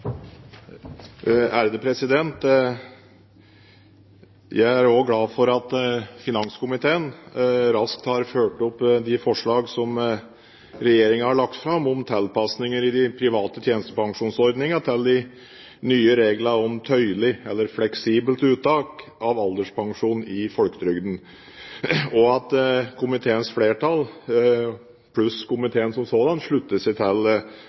Jeg er også glad for at finanskomiteen raskt har fulgt opp de forslag som regjeringen har lagt fram for å tilpasse de private tjenestepensjonsordningene til de nye reglene om tøyelig eller fleksibelt uttak av alderspensjon i folketrygden, og at komiteens flertall – pluss komiteen som sådan – slutter seg til